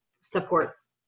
supports